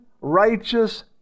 righteous